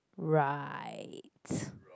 right